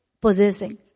possessing